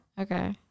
Okay